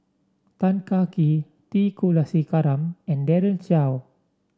Tan Kah Kee T Kulasekaram and Daren Shiau